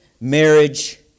marriage